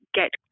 get